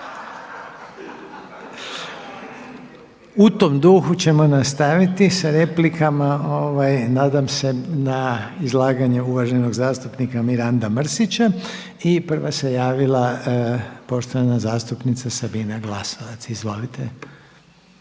U tom duhu ćemo nastaviti sa replikama. Nadam se na izlaganje uvaženog zastupnika Miranda Mrsića. I prva se javila poštovana zastupnica Sabina Glasovac. Izvolite.